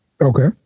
Okay